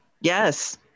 Yes